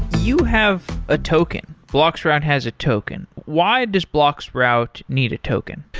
you have a token. bloxroute has a token. why does bloxroute need a token?